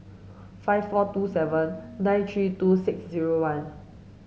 five four two seven nine three two six zero one